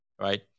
right